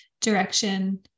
direction